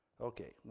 Okay